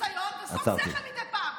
וניסיון ושום שכל מדי פעם,